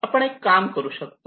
आपण एक काम करू शकतो